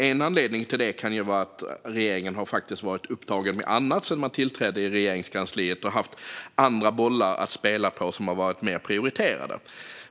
En anledning till det kan vara att regeringen faktiskt har varit upptagen med annat i Regeringskansliet sedan man tillträdde och haft andra bollar att spela på som har varit mer prioriterade.